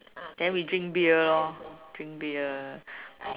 then we drink beer lor drink beer